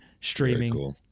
streaming